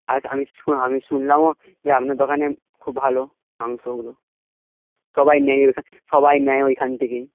আর আমি আমি শুনলামও যে আপনার দোকানে খুব ভালো মাংসগুলো সবাই নেয় ওইখান সবাই নেয় ওইখান থেকেই